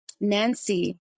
Nancy